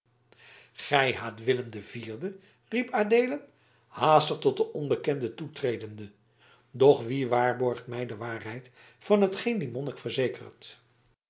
gij haat willem den vierden riep adeelen haastig tot den onbekende toetredende doch wie waarborgt mij de waarheid van hetgeen die monnik verzekert